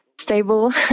stable